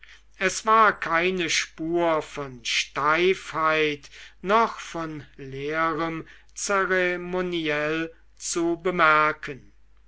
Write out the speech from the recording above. es war keine spur von steifheit noch von leerem zeremoniell zu bemerken